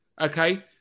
Okay